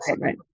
right